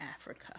Africa